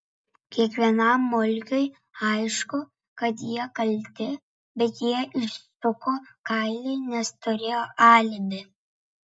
kiekvienam mulkiui aišku kad jie kalti bet jie išsuko kailį nes turėjo alibi